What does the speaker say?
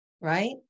Right